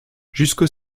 jusqu’au